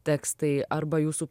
tekstai arba jūsų